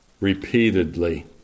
repeatedly